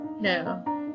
No